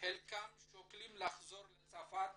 חלקם שוקלים לחזור לצרפת